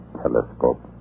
telescope